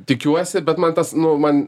tikiuosi bet man tas nu man